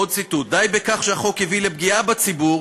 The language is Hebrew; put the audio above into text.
עוד ציטוט: די בכך שהחוק הביא לפגיעה בציבור,